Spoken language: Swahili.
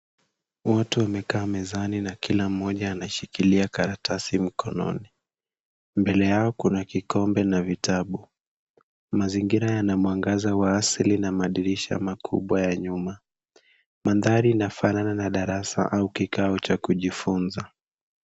Watu wamekaa mezani na kila mmoja anashikilia karatasi mkononi. Mbele yao kuna kikombe na vitabu. Mazingira yana mwangaza wa asili na madirisha makubwa ya nyuma. Mandhari inafanana na darasa au kikao cha kujifunza.